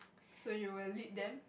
so you will lead them